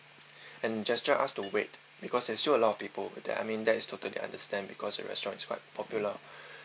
and just just asked to wait because there's still a lot of people with that I mean that is totally understand because the restaurant is quite popular